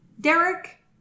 Derek